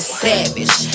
savage